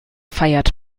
feiert